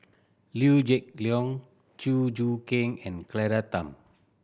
Liew Geok Leong Chew Choo Keng and Claire Tham